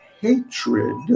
hatred